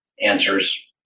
answers